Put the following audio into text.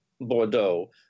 Bordeaux